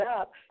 up